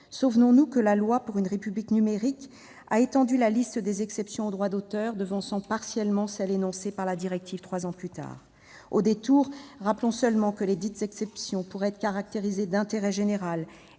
Souvenons-nous que la loi pour une République numérique a étendu la liste des exceptions au droit d'auteur, devançant partiellement celles qui sont énoncées dans la directive trois ans plus tard. Au détour, rappelons seulement que lesdites exceptions pourraient être caractérisées « d'intérêt général